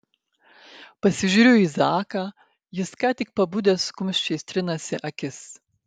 pasižiūriu į zaką jis ką tik pabudęs kumščiais trinasi akis